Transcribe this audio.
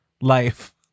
life